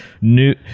New